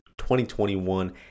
2021